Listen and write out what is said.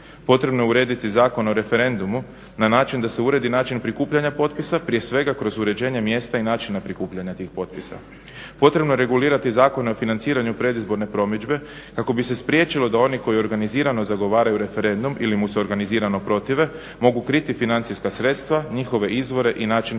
Potrebno je urediti Zakon o referendumu na način da se uredi način prikupljanja potpisa, prije svega kroz uređenje mjesta i načina prikupljanja tih potpisa. Potrebno je regulirati zakone o financiranju predizborne promidžbe kako bi se spriječilo da oni koji organizirano zagovaraju referendum ili mu se organizirano protive, mogu kriti financijska sredstva, njihove izvore i način potrošnje,